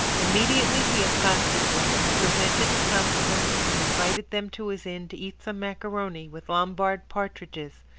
immediately he accosted them, presented his compliments, and invited them to his inn to eat some macaroni, with lombard partridges,